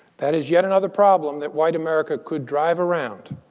that is yet another problem that white america could drive around.